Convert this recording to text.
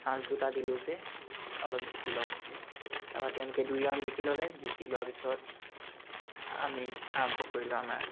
chance দুটা দিলোঁ যে অলপ জিকি লওক তাপা তেওঁলোকে দুই ৰাউণ্ড জিকি ল'লে জিকি লোৱাৰ পিছত আমি আৰম্ভ কৰিলোঁ আমাৰ